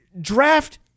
draft